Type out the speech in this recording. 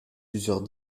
plusieurs